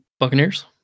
Buccaneers